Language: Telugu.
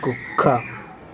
కుక్క